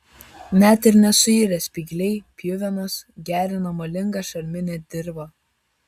net ir nesuirę spygliai pjuvenos gerina molingą šarminę dirvą